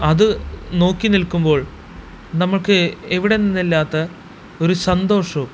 അത് നോക്കി നിൽക്കുമ്പോൾ നമുക്ക് എവിടെ നിന്നില്ലാത്ത ഒരു സന്തോഷവും